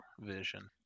vision